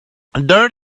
dirt